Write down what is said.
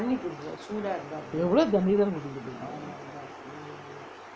எவ்ளோ தண்ணீ தான் குடிக்கிறது:evlo thanni thaan kudikkirathu